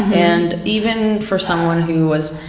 and even for someone who was,